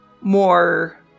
more